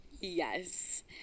yes